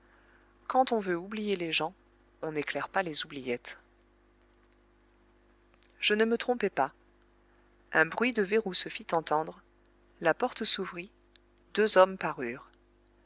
quand on veut oublier les gens on n'éclaire pas les oubliettes je ne me trompais pas un bruit de verrou se fit entendre la porte s'ouvrit deux hommes parurent